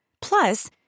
Plus